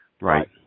Right